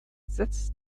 setzt